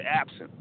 absent